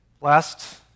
Last